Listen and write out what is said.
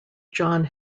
john